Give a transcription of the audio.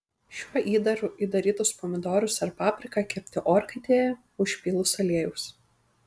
šiuo įdaru įdarytus pomidorus ar papriką kepti orkaitėje užpylus aliejaus